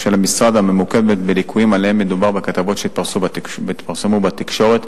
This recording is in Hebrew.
הממוקדת בליקויים שעליהם מדובר בכתבות שהתפרסמו בתקשורת,